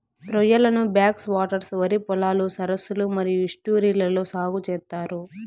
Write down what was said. రొయ్యలను backwaters, వరి పొలాలు, సరస్సులు మరియు ఈస్ట్యూరీలలో సాగు చేత్తారు